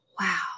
wow